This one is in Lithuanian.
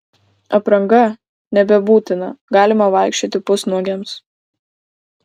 apranga nebebūtina galima vaikščioti pusnuogiams